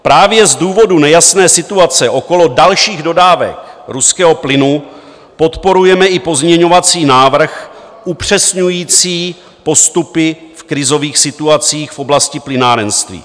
Právě z důvodu nejasné situace okolo dalších dodávek ruského plynu podporujeme i pozměňovací návrh upřesňující postupy v krizových situacích v oblasti plynárenství.